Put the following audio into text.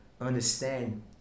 understand